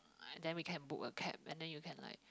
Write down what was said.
then we can book a cab then you can like